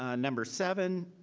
ah number seven,